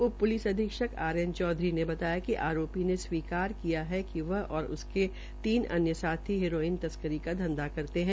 उप प्लिस अधीक्षक आर्यन चौधरी ने बताया कि आरोपी ने स्वीकार किया है कि वह ओर उसके तीन अन्य साथी हेरोइन तस्करी का धंघा करते है